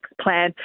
plan